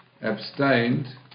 abstained